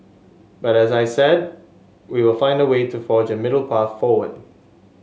but as I said we will find a way to forge a middle path forward